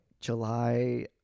July